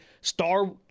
Star